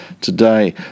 today